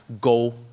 Go